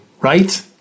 right